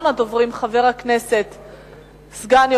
הצעות לסדר-היום שמספרן 3025,